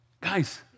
Guys